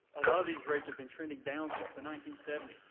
a lot of these rates have been trending down since the nineteen seventy s.